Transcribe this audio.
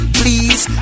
please